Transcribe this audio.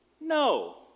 No